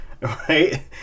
right